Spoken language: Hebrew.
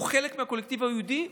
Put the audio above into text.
הוא חלק מהקולקטיב היהודי,